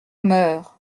meurt